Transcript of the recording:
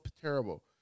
terrible